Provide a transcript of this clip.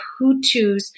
Hutus